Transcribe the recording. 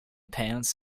pants